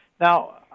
Now